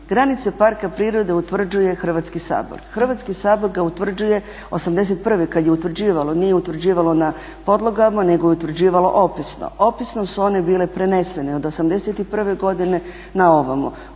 Granice parka prirode utvrđuje Hrvatski sabor. Hrvatski sabor ga utvrđuje '81. kada je utvrđivalo, nije utvrđivalo na podlogama nego je utvrđivalo opisno. Opisno su one bile prenesene od '81. godine na ovamo.